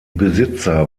besitzer